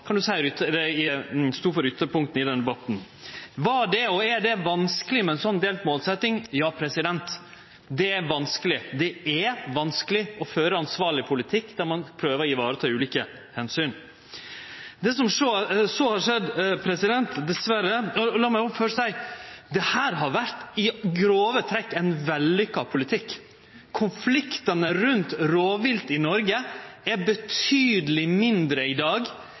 kan ein seie – stod for ytterpunkta i den debatten. Var det, og er det, vanskeleg med ei slik delt målsetjing? Ja, det er vanskeleg. Det er vanskeleg å føre ein ansvarleg politikk der ein prøver å vareta ulike omsyn. La meg òg seie at dette har i grove trekk vore ein vellukka politikk. Konfliktane rundt rovvilt i Noreg er betydeleg mindre i dag